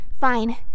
fine